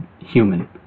human